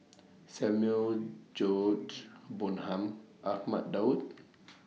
Samuel George Bonham Ahmad Daud